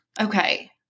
Okay